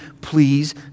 please